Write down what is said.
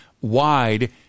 wide